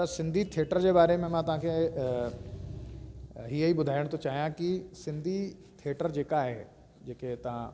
त सिंधी थिएटर जे बारे में मां तव्हांखे हीअं ई ॿुधाइण थो चाहियां की सिंधी थिएटर जेका आहे जेके तव्हां